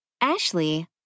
Ashley